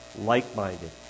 Like-minded